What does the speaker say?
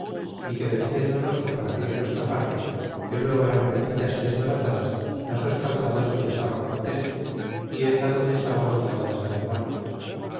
é que venciéndonos por aquella nuestra parte que luego eran vencidas y d esbaratadas las dos calzadas donde estaba cortés y en la donde estaba gonzalo de sandoval